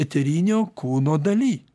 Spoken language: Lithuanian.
eterinio kūno daly